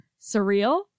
Surreal